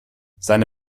seine